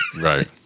right